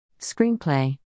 Screenplay